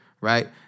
right